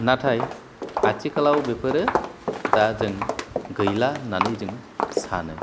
नाथाय आथिखालाव बेफोरो दा जों गैला होननानै जों सानो